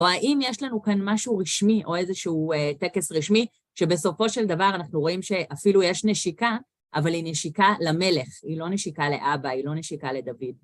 או האם יש לנו כאן משהו רשמי, או איזשהו טקס רשמי, שבסופו של דבר אנחנו רואים שאפילו יש נשיקה, אבל היא נשיקה למלך, היא לא נשיקה לאבא, היא לא נשיקה לדוד.